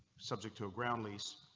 subject to a ground lease